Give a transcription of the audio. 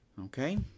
Okay